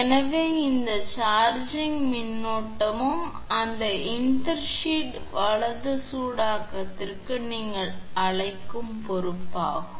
எனவே இந்த சார்ஜிங் மின்னோட்டமும் அந்த இன்டர்ஷீட் வலது சூடாக்கத்திற்கு நீங்கள் அழைக்கும் பொறுப்பாகும்